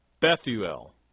Bethuel